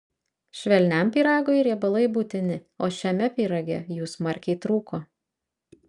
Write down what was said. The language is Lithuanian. švelniam pyragui riebalai būtini o šiame pyrage jų smarkiai trūko